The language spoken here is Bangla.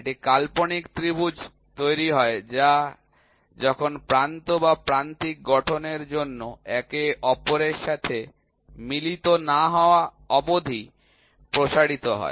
এটি কাল্পনিক ত্রিভুজ তৈরি হয় যা যখন প্রান্ত বা প্রান্তিক গঠনের জন্য একে অপরের সাথে মিলিত না হওয়া অবধি প্রসারিত হয়